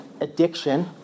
addiction